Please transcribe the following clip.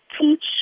teach